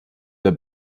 der